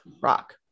Rock